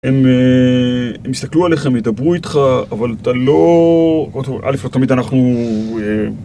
הם יסתכלו עליך, הם ידברו איתך, אבל אתה לא... אלף לא תמיד אנחנו...